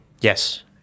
Yes